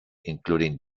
including